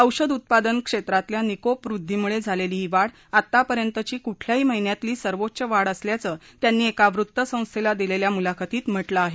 औषध उत्पादन क्षेत्रातल्या निकोप वृद्धीमुळे झालेली ही वाढ आतापर्यंतची कुठल्याही महिन्यातली सर्वोच्च वाढ असल्याचही त्यांनी एका वृत्तसंस्थेला दिलेल्या मुलाखतीत म्हटलं आहे